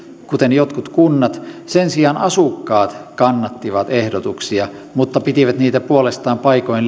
kuten jotkut kunnat sen sijaan asukkaat kannattivat ehdotuksia mutta pitivät niitä puolestaan paikoin